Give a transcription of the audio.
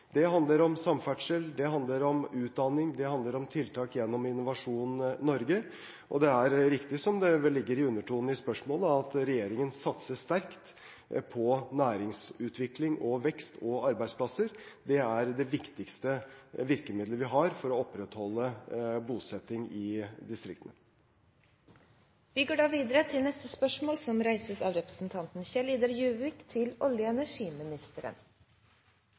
Innovasjon Norge, og det er riktig, som det vel ligger i undertonen i spørsmålet, at regjeringen satser sterkt på næringsutvikling, vekst og arbeidsplasser. Det er det viktigste virkemidlet vi har for å opprettholde bosetting i distriktene. Vi går da til spørsmål 18. Jeg tillater meg å stille følgende spørsmål til olje- og energiministeren: